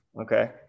Okay